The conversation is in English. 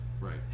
Right